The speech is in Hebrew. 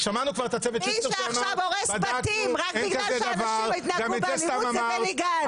מי שהורס בתים רק כי אנשים התנהגו באלימות זה בני גנץ.